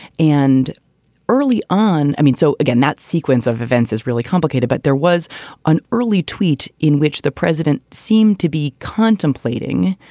and early on, i mean, so, again, that sequence of events is really complicated. but there was an early tweet in which the president seemed to be contemplating,